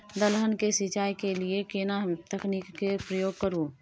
दलहन के सिंचाई के लिए केना तकनीक के प्रयोग करू?